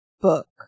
book